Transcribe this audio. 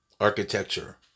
architecture